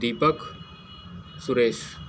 Deepak Suresh